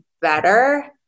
better